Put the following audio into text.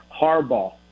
Harbaugh